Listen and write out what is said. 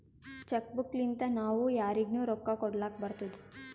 check book ಲಿಂತಾ ನಾವೂ ಯಾರಿಗ್ನು ರೊಕ್ಕಾ ಕೊಡ್ಲಾಕ್ ಬರ್ತುದ್